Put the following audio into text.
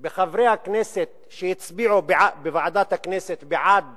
בחברי הכנסת שהצביעו בוועדת הכנסת בעד